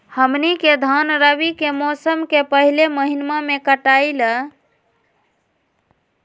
हमनी के धान रवि के मौसम के पहले महिनवा में कटाई ला